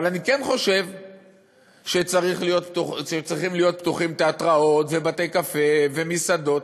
אבל אני כן חושב שצריכים להיות פתוחים תיאטראות ובתי-קפה ומסעדות,